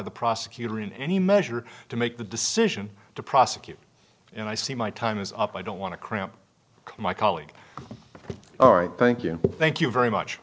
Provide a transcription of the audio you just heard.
the prosecutor in any measure to make the decision to prosecute and i see my time is up i don't want to cramp my colleague all right thank you thank you very much